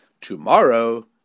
Tomorrow